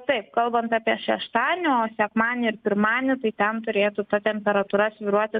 taip kalbant apie šeštadienį o sekmadienį ir pirmadienį tai ten turėtų ta temperatūra svyruoti